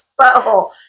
butthole